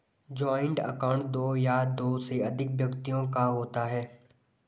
joint account दो या दो से अधिक व्यक्तियों का होता है